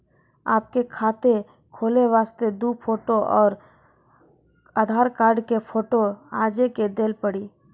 आपके खाते खोले वास्ते दु फोटो और आधार कार्ड के फोटो आजे के देल पड़ी?